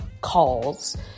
calls